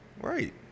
Right